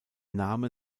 name